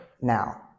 Now